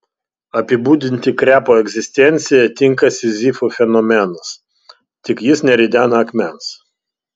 apibūdinti krepo egzistenciją tinka sizifo fenomenas tik jis neridena akmens